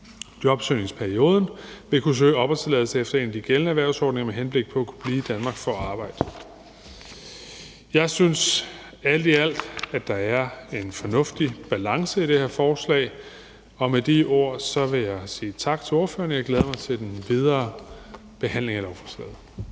jobsøgningsperioden, vil kunne søge opholdstilladelse efter en af de gældende erhvervsordninger med henblik på at kunne blive i Danmark for at arbejde. Jeg synes alt i alt, at der er en fornuftig balance i det her forslag, og med de ord vil jeg sige tak til ordførerne. Jeg glæder mig til den videre behandling af lovforslaget.